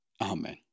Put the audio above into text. Amen